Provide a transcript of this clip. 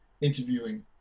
interviewing